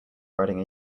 riding